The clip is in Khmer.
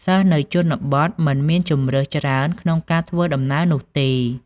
សិស្សនៅជនបទមិនមានជម្រើសច្រើនក្នុងការធ្វើដំណើរនោះទេ។